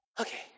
Okay